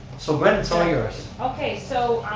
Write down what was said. so gwen, it's all yours. okay so,